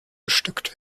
bestückt